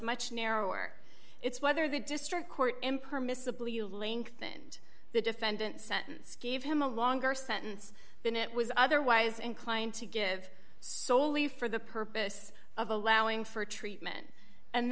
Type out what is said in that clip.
much narrower it's whether the district court impermissibly you lengthened the defendant sentence gave him a longer sentence than it was otherwise inclined to give solely for the purpose of allowing for treatment and